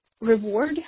reward